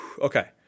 okay